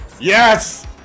yes